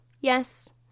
yes